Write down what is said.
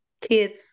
kids